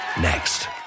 Next